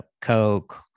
Coke